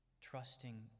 trusting